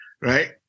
right